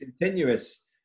continuous